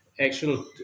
actual